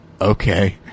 Okay